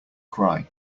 cry